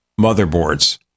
motherboards